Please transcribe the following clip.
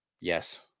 Yes